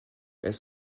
elles